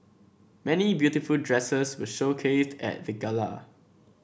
many beautiful dresses were showcased at the gala